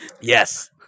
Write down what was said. yes